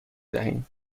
دهیم